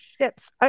ships